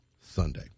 Sunday